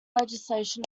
legislation